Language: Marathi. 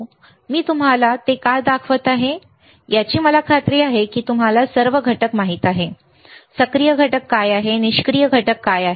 आणि मी तुम्हाला ते का दाखवत आहे याची मला खात्री आहे की तुम्हाला सर्व घटक माहित आहेत सक्रिय घटक काय आहेत निष्क्रिय घटक काय आहेत